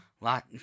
Lot